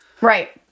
right